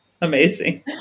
Amazing